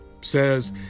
says